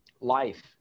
life